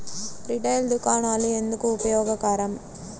Retail దుకాణాలు ఎందుకు ఉపయోగకరం?